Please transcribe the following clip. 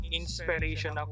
inspiration